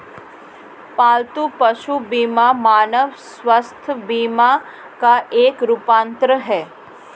पालतू पशु बीमा मानव स्वास्थ्य बीमा का एक रूपांतर है